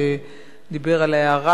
שדיבר על ההערה,